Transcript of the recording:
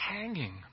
hanging